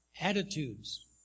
attitudes